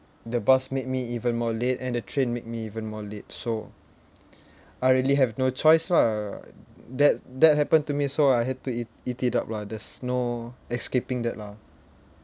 the bus made me even more late and the train made me even more late so I really have no choice lah that that happened to me so I had to eat eat it up lah there's no escaping that lah